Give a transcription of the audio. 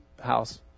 house